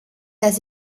dass